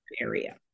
area